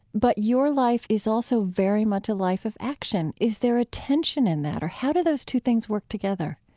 but your life is also very much a life of action. is there a tension in that? or how do those two things work together?